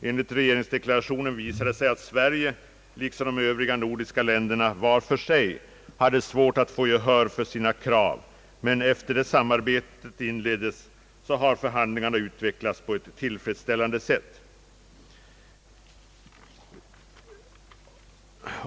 Enligt regeringsdeklarationen hade Sverige liksom de övriga nordiska länderna till en början svårt att få gehör för sina krav, men sedan samarbetet inleddes har förhandlingarna utvecklats på ett tillfredsställande sätt.